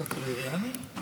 אתה טברייני?